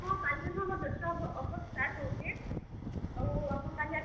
ହଁ କାଲି ଠାନୁ ଆମର୍ ଦଶ୍ଟା ଅଫର୍ ଷ୍ଟାର୍ଟ ହେଉଛେ ଆଉ ଆପଣ କାଲି ଆସ୍ବେ